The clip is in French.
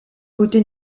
côté